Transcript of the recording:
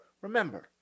Remember